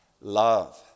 Love